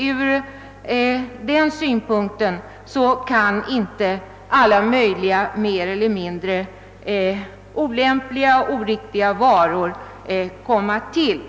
Ur den synpunkten kan inte alla möjliga mer eller mindre olämpliga och oriktiga varor få komma till.